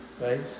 right